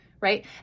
Right